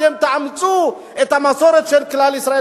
אתם תאמצו את המסורת של כלל ישראל.